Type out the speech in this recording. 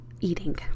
eating